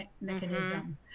mechanism